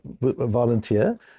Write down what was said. volunteer